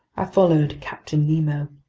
i followed captain nemo,